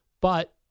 But-